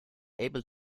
able